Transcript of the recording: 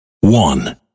one